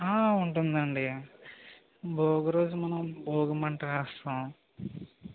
ఉంటుందండీ భోగి రోజు మనం భోగి మంట వేస్తాము